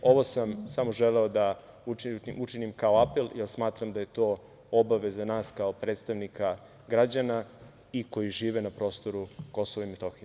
Ovo sam samo želeo da učinim kao apel, jer smatram da je to obaveza nas kao predstavnika građana i koji žive na prostoru Kosova i Metohije.